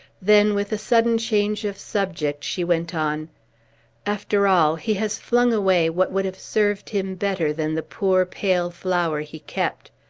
then, with a sudden change of subject, she went on after all, he has flung away what would have served him better than the poor, pale flower he kept.